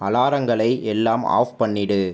அலாரங்களை எல்லாம் ஆஃப் பண்ணிடு